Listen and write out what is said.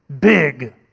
big